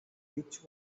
which